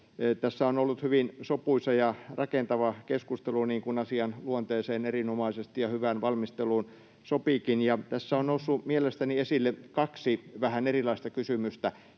Tässä on ollut hyvin sopuisa ja rakentava keskustelu, niin kuin erinomaisesti asian luonteeseen ja hyvään valmisteluun sopiikin. Tässä on noussut mielestäni esille kaksi vähän erilaista kysymystä.